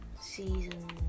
season